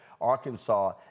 arkansas